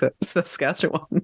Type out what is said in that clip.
Saskatchewan